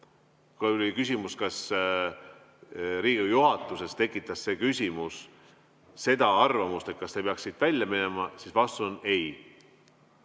Kui oli küsimus, kas Riigikogu juhatuses tekitas see küsimus arvamust, et see peaks siit välja minema, siis vastus on ei.